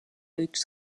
üks